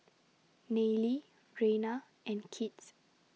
Nayely Reyna and Kits